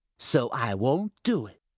so i won't do it.